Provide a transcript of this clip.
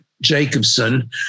Jacobson